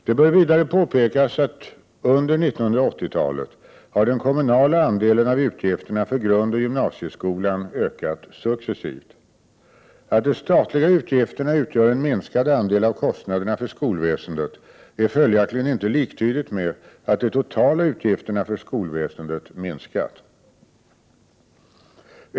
Det bör vidare påpekas att under 1980-talet har den kommunala andelen av utgifterna för grundoch gymnasieskolan ökat successivt. Att de statliga utgifterna utgör en minskad andel av kostnaderna för skolväsendet är följaktligen inte liktydigt med att de totala utgifterna för skolväsendet minskat.